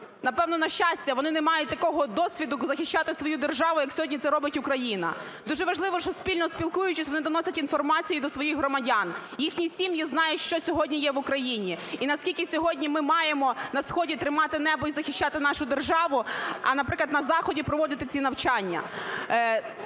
напевно, на щастя, вони не мають такого досвіду, як захищати свою державу, як сьогодні це робить Україна, дуже важливо, що, спільно спілкуючись, вони доносять інформацію до своїх громадян. Їхні сім'ї знають, що сьогодні є в Україні і наскільки сьогодні ми маємо на сході тримати небо і захищати нашу державу, а, наприклад, на заході проводити ці навчання.